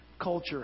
culture